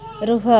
ରୁହ